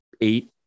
eight